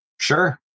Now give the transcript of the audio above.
Sure